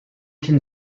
can